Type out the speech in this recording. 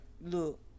Look